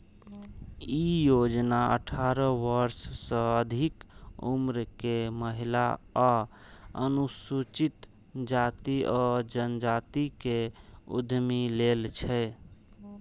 ई योजना अठारह वर्ष सं अधिक उम्र के महिला आ अनुसूचित जाति आ जनजाति के उद्यमी लेल छै